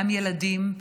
גם ילדים,